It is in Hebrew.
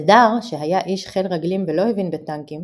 אלדר שהיה איש חיל רגלים ולא הבין בטנקים